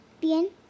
Bien